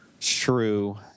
True